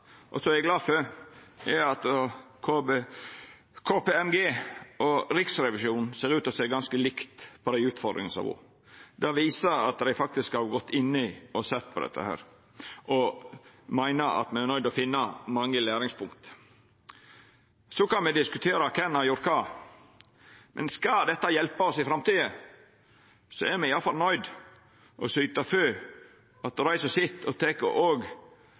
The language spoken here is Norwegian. og som eg er glad for, er at KPMG og Riksrevisjonen ser ut til å sjå ganske likt på dei utfordringane som har vore. Det viser at dei faktisk har gått inn i og sett på dette, og meiner at me er nøydde til å finna mange læringspunkt. Så kan me diskutera kven som har gjort kva, men skal dette hjelpa oss i framtida, er me iallfall nøydde til å syta for at dei som sit og